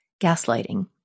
gaslighting